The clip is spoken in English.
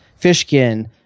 Fishkin